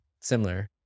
similar